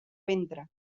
ventre